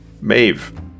Maeve